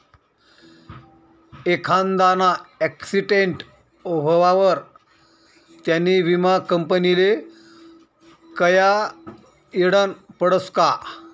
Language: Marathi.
एखांदाना आक्सीटेंट व्हवावर त्यानी विमा कंपनीले कयायडनं पडसं का